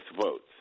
votes